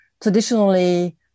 traditionally